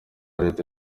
leta